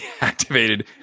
activated